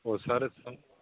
ਉਹ ਸਰ